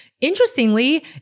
Interestingly